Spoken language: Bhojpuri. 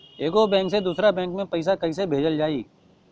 एगो बैक से दूसरा बैक मे पैसा कइसे भेजल जाई?